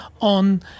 on